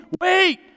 Wait